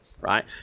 right